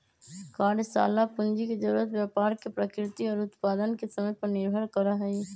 कार्यशाला पूंजी के जरूरत व्यापार के प्रकृति और उत्पादन के समय पर निर्भर करा हई